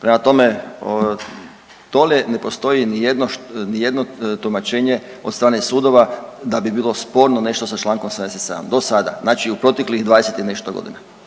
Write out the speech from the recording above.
Prema tome, dolje ne postoji nijedno što, nijedno tumačenje od strane sudova da bi bilo sporno nešto sa čl. 77 do sada, znači u proteklih 20 i nešto godina.